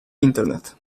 internet